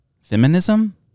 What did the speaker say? feminism